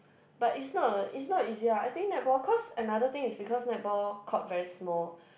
but is not a is not easy ah I think netball cause another thing is because netball court very small